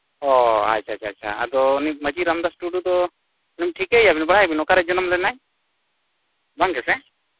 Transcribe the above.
ᱚᱻ ᱟᱪᱪᱷᱟ ᱟᱪᱪᱷᱟ ᱟᱪᱪᱷᱟ ᱟᱫᱚ ᱩᱱᱤ ᱢᱟᱺᱡᱷᱤ ᱨᱟᱢᱫᱟᱥ ᱴᱩᱰᱩ ᱫᱚ ᱩᱱᱤ ᱴᱷᱤᱠᱟᱹᱭᱮᱭᱟᱵᱤᱱ ᱵᱟᱲᱟᱭᱟᱵᱤᱱ ᱚᱠᱟᱨᱮ ᱡᱚᱱᱚᱢ ᱞᱮᱱᱟᱭ ᱵᱟᱝ ᱜᱮᱥᱮ